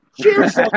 Cheers